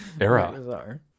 era